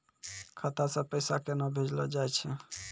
खाता से पैसा केना भेजलो जाय छै?